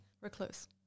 recluse